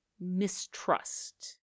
mistrust